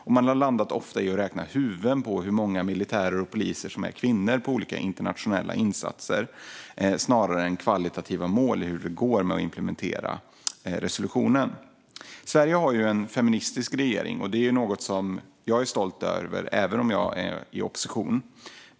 Man har ofta landat i att räkna huvuden och hur många militärer och poliser som är kvinnor i olika internationella insatser snarare än att ha kvalitativa mål för hur det går med att implementera resolutionen. Sverige har ju en feministisk regering. Det är något som jag är stolt över, även om jag är i opposition.